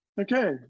okay